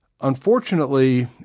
Unfortunately